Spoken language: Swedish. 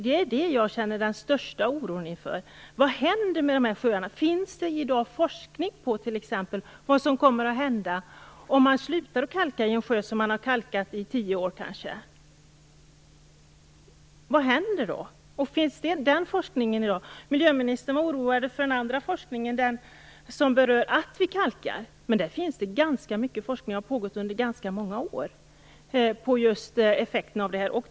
Det känner jag den största oron inför. Vad händer med dessa sjöar? Finns det i dag forskning på vad som kommer att hända om man slutar att kalka en sjö som man har kalkat i kanske tio år? Vad händer då? Finns den forskningen i dag? Miljöministern var oroad för den andra forskningen, den som berör att vi kalkar. Men det finns ganska mycket forskning på just effekterna av detta. Den har pågått under ganska många år.